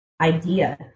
idea